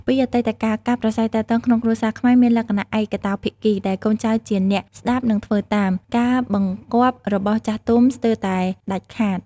ពីអតីតកាល ការប្រាស្រ័យទាក់ទងក្នុងគ្រួសារខ្មែរមានលក្ខណៈ ឯកតោភាគី ដែលកូនចៅជាអ្នក ស្ដាប់ និងធ្វើតាម ការបង្គាប់របស់ចាស់ទុំស្ទើរតែដាច់ខាត។